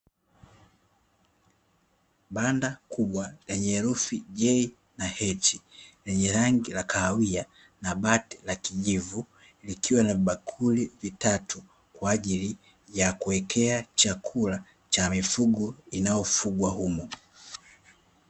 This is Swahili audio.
Banda kubwa lenye herufi "JH", lenye rangi ya kahawia na bati la kijivu, likiwa na vibakuli vitatu kwaajili ya kuwekea chakula cha mifugo inayofugwa humo.